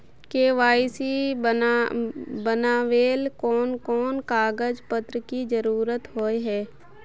KYC बनावेल कोन कोन कागज पत्र की जरूरत होय है?